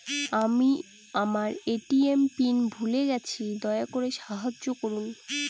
আমি আমার ATM PIN ভুলে গেছি, দয়া করে সাহায্য করুন